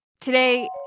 Today